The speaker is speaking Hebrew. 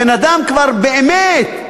הבן-אדם כבר באמת,